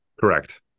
Correct